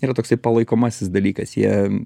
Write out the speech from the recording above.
yra toksai palaikomasis dalykas jie